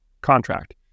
contract